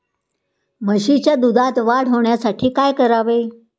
म्हशीच्या दुधात वाढ होण्यासाठी काय करावे?